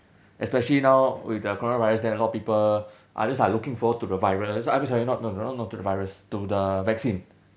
especially now we got the coronavirus then a lot people are just are looking forward to the virus I mean sorry not not not to the virus to the vaccine